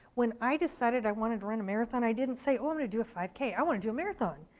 when i decided i wanted to run a marathon, i didn't say oh i'm gonna do a five k, i want to do a marathon.